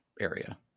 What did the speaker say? area